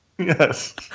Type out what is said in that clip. Yes